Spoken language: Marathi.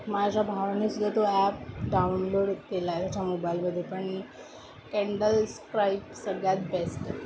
माझ्या भावानेसुद्धा तो ॲप डाउनलोड केला आहे त्याच्या मोबाईलमध्ये पण कँडल स्क्राइब सगळ्यात बेस्ट